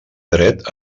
dret